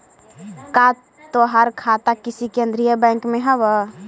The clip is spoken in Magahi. का तोहार खाता किसी केन्द्रीय बैंक में हव